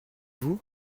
vous